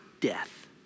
death